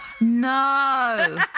No